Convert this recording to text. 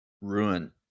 ruin